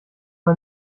man